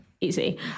easy